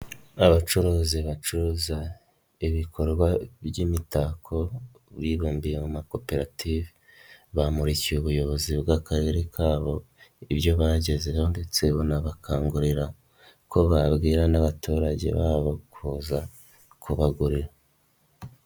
Abacuruzi bacuruza ibikorwa by'imitako, bibumbiye mu makoperative, bamurikiye ubuyobozi bw'akarere kabo, ibyo bagezeho ndetse banabakangurira ko babwira n'abaturage babo kuza kubagurira.